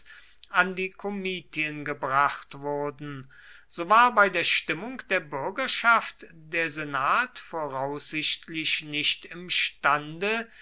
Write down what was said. an die komitien gebracht wurden so war bei der stimmung der bürgerschaft der senat voraussichtlich nicht imstande